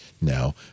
now